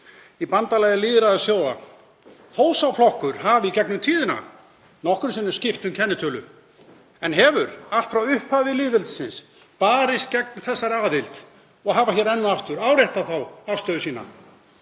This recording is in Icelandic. í bandalagi lýðræðisþjóða, þótt sá flokkur hafi í gegnum tíðina nokkrum sinnum skipt um kennitölu. Hann hefur allt frá upphafi lýðveldisins barist gegn þessari aðild og hefur hér enn og aftur áréttað þá afstöðu sína.